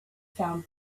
found